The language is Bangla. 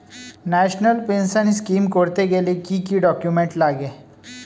ন্যাশনাল পেনশন স্কিম করতে গেলে কি কি ডকুমেন্ট লাগে?